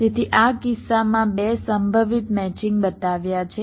તેથી આ કિસ્સામાં મેં 2 સંભવિત મેચિંગ બતાવ્યા છે